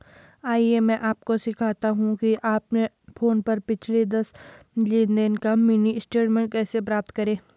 आइए मैं आपको सिखाता हूं कि अपने फोन पर पिछले दस लेनदेन का मिनी स्टेटमेंट कैसे प्राप्त करें